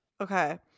Okay